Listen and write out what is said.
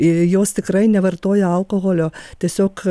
ir jos tikrai nevartoja alkoholio tiesiog